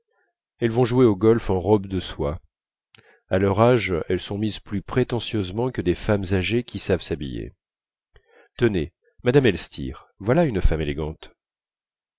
elles vont jouer au golf en robes de soie à leur âge elles sont mises plus prétentieusement que des femmes âgées qui savent s'habiller tenez madame elstir voilà une femme élégante